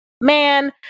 Man